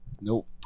Nope